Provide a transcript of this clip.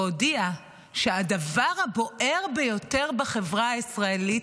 והודיע שהדבר הבוער ביותר בחברה הישראלית